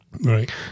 Right